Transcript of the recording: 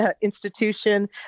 institution